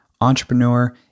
Entrepreneur